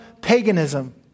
paganism